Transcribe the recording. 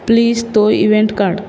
please तो event काड